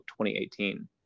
2018